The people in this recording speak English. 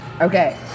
Okay